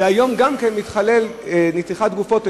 והיום גם כן יש נתיחת גופות,